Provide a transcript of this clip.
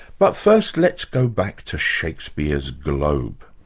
but first, let's go back to shakespeare's globe.